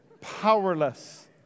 Powerless